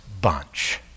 bunch